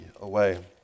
away